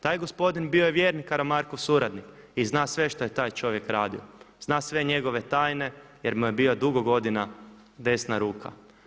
Taj gospodin bio je vjerni Karamarkov suradnik i zna sve što je taj čovjek radio, zna sve njegove tajne jer mu je bio dugo godina desna ruka.